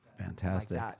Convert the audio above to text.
Fantastic